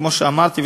כמו שאמרתי,